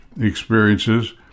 experiences